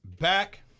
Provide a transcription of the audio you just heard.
back